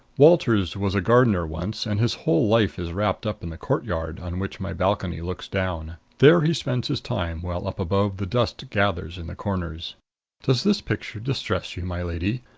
walters was a gardener once, and his whole life is wrapped up in the courtyard on which my balcony looks down. there he spends his time, while up above the dust gathers in the corners does this picture distress you, my lady?